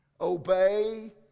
obey